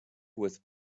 with